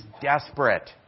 desperate